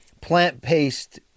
plant-paste